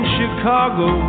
Chicago